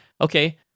okay